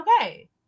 okay